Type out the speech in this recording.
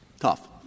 tough